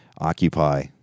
occupy